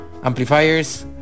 Amplifiers